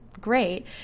great